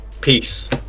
peace